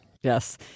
Yes